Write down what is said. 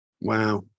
Wow